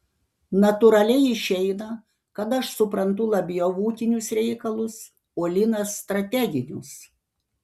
natūraliai išeina kad aš suprantu labiau ūkinius reikalus o linas strateginius